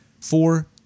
Four